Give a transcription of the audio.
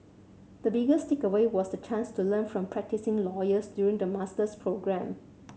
the biggest takeaway was the chance to learn from practising lawyers during the master's programme